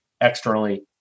externally